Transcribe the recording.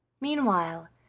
meanwhile,